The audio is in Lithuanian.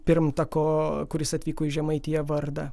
pirmtako kuris atvyko į žemaitiją vardą